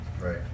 Right